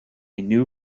new